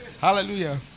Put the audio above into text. Hallelujah